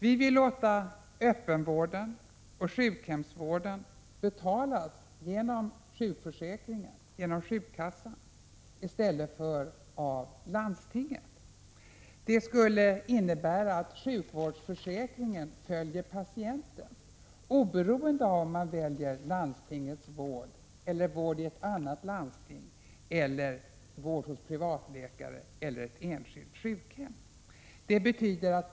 Vi vill låta öppenvården och sjukhemsvården betalas genom sjukförsäkringen — genom sjukkassan — i stället för av landstinget. Det skulle innebära att sjukvårdsförsäkringen följer patienten, oberoende av om man väljer landstingets vård, vård i ett annat landsting eller vård hos privatläkare eller ett enskilt sjukhem.